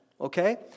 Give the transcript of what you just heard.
Okay